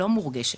לא מורגשת.